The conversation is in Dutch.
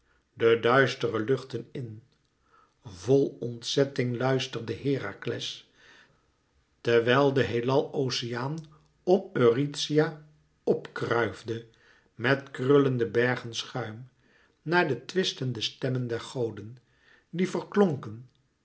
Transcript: de duistere luchten in vol ontzetting luisterde herakles terwijl de heelal oceaan om eurythia p kruifde met krullende bergen schuim naar de twistende stemmen der goden die verklonken